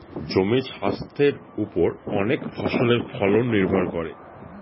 জমির স্বাস্থের ওপর অনেক ফসলের ফলন নির্ভর করে